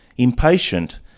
impatient